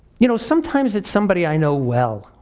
you know, sometimes it's somebody i know well,